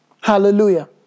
Hallelujah